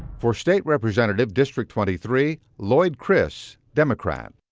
for state representative district twenty three, lloyd criss, democrat.